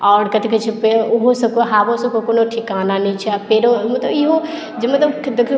आओर कथी कहै छै ओहो सभकेँ हवो सभके कोनो ठिकान नहि छै आ फेरो मतलब इहो जे मतलब देखियौ